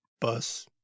bus